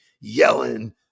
yelling